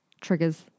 triggers